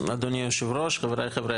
אדוני היושב-ראש, חבריי חברי